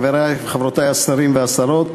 חברי וחברותי השרים והשרות,